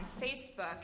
Facebook